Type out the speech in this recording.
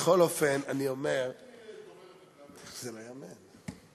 בכל אופן, אני אומר, זה לא ייאמן.